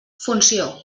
funció